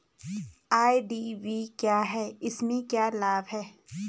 IDV क्या है इसमें क्या लाभ है?